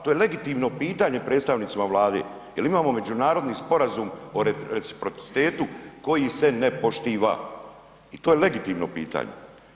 To je legitimno pitanje predstavnicima Vlade jer imamo međunarodni sporazum o reciprocitetu koji se ne poštiva i to je legitimno pitanje.